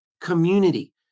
community